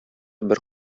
бер